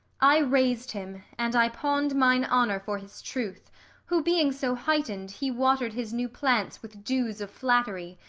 i rais'd him, and i pawn'd mine honour for his truth who being so heighten'd, he water'd his new plants with dews of flattery,